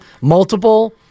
multiple